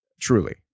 truly